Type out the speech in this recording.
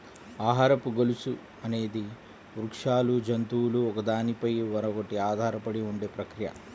ఆహారపు గొలుసు అనేది వృక్షాలు, జంతువులు ఒకదాని పై మరొకటి ఆధారపడి ఉండే ప్రక్రియ